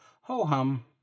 ho-hum